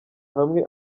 hamwe